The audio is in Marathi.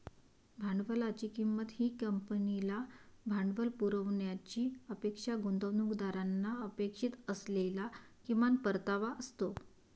भांडवलाची किंमत ही कंपनीला भांडवल पुरवण्याची अपेक्षा गुंतवणूकदारांना अपेक्षित असलेला किमान परतावा असतो